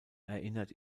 erinnert